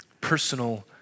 Personal